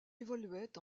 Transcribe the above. évoluait